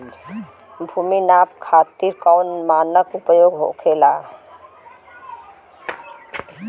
भूमि नाप खातिर कौन मानक उपयोग होखेला?